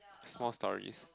small stories